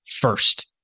first